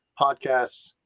podcasts